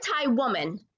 anti-woman